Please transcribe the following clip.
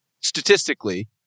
statistically